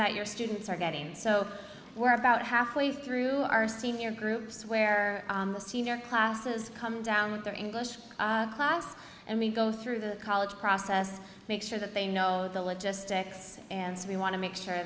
that your students are getting so we're about halfway through our senior groups where the senior classes come down with their english class and we go through the college process to make sure that they know the logistics and so we want to make sure